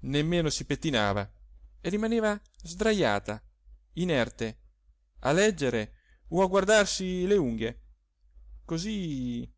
nemmeno si pettinava e rimaneva sdrajata inerte a leggere o a guardarsi le unghie così